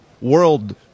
world